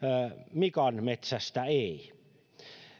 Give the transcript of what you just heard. mikan metsästä ei